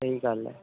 ਸਹੀ ਗੱਲ ਹੈ